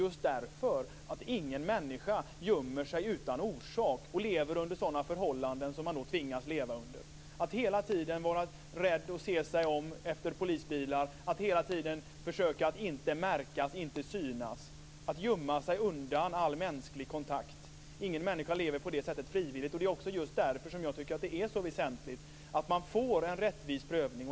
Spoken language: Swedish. Just därför vet jag att ingen människa gömmer sig utan orsak, med de förhållanden som man då tvingas leva under. Ingen människa vill frivilligt hela tiden vara rädd och se sig om efter polisbilar, försöka att inte synas och märkas och gömma sig undan från all mänsklig kontakt. Just därför tycker jag att det är så väsentligt att man får en rättvis prövning.